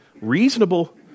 reasonable